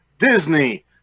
Disney